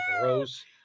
gross